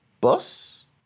Bus